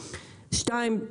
שתיים,